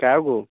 कएगो